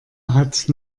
hat